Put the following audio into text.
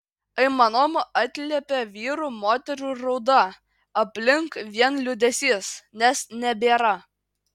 aimanom atliepia vyrų moterų rauda aplink vien liūdesys nes nebėra